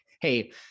hey